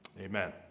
Amen